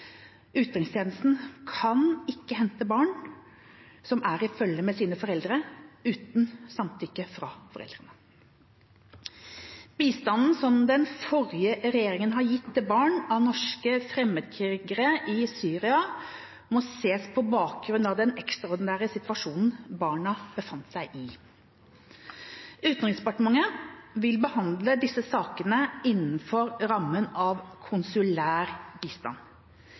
Utenrikstjenesten kan ikke hente barn som er i følge med sine foreldre, uten samtykke fra foreldrene. Bistanden som den forrige regjeringa ga til barn av norske fremmedkrigere i Syria, må ses på bakgrunn av den ekstraordinære situasjonen barna befant seg i. Utenriksdepartementet vil behandle disse sakene innenfor rammen av konsulær bistand.